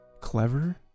clever